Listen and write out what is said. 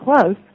close